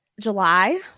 July